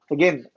Again